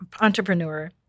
entrepreneur